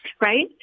right